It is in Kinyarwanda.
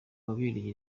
wabereye